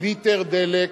ליטר דלק,